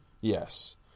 Yes